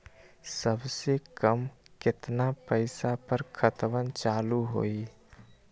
सबसे कम केतना पईसा पर खतवन चालु होई?